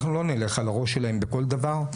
אנחנו לא נלך על הראש שלהם בכל דבר.